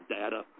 data